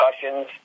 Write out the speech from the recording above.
concussions